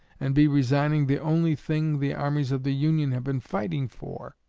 and be resigning the only thing the armies of the union have been fighting for